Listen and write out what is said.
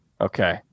Okay